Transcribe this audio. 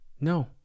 No